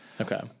Okay